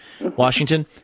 Washington